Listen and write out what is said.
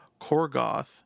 korgoth